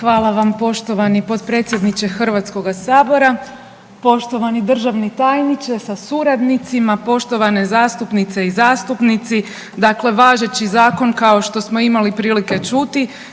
Hvala vam poštovani potpredsjedniče Hrvatskoga sabora. Poštovani državni tajniče sa suradnicima, poštovane zastupnice i zastupnici. Dakle, važeći Zakon kao što smo imali prilike čuti